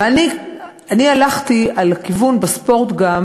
ואני הלכתי גם בספורט על